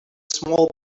small